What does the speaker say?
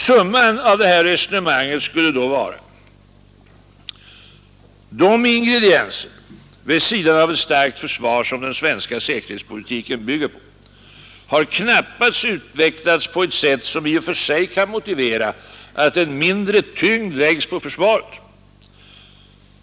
Summan av det här resonemanget skulle då vara: De ingredienser, vid sidan av ett starkt försvar, som den svenska säkerhetspolitiken bygger på har knappast utvecklats på ett sätt som i och för sig kan motivera att en mindre tyngd läggs på försvaret.